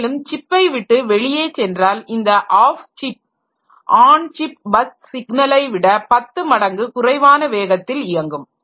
மேலும் சிப்பை விட்டு வெளியே சென்றால் இந்த off chip bus on chip bus சிக்னலை விட பத்து மடங்கு குறைவான வேகத்தில் இயங்கும்